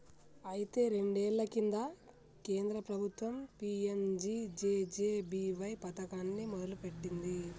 అయితే రెండేళ్ల కింద కేంద్ర ప్రభుత్వం పీ.ఎం.జే.జే.బి.వై పథకాన్ని మొదలుపెట్టింది